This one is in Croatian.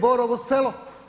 Borovo Selo.